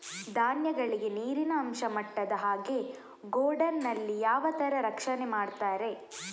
ಧಾನ್ಯಗಳಿಗೆ ನೀರಿನ ಅಂಶ ಮುಟ್ಟದ ಹಾಗೆ ಗೋಡೌನ್ ನಲ್ಲಿ ಯಾವ ತರ ರಕ್ಷಣೆ ಮಾಡ್ತಾರೆ?